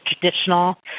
traditional